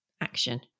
action